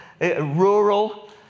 rural